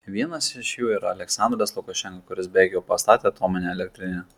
vienas iš jų yra aliaksandras lukašenka kuris beveik jau pastatė atominę elektrinę